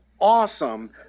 awesome